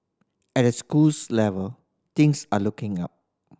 at the schools level things are looking up